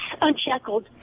unshackled